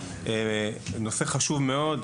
נושא חשוב מאוד,